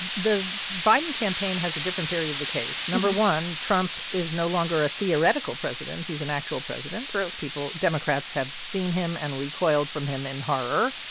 the the biden campaign has a different theory of the case. number one, trump is no longer a theoretical president. he's an actual president true people democrats have seen him and recoiled from him in horror,